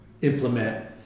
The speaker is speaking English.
implement